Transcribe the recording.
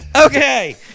Okay